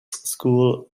school